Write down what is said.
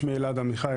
שמי אלעד עמיחי,